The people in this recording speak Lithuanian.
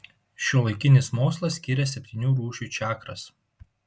šiuolaikinis mokslas skiria septynių rūšių čakras